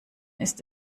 ist